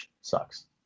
sucks